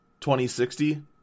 2060